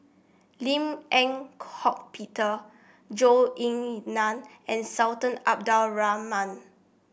Lim Eng Hock Peter Zhou Ying Nan and Sultan Abdul Rahman